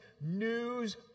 news